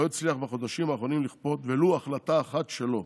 לא הצליח בחודשים האחרונים לכפות ולו החלטה אחת שלו.